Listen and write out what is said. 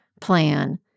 plan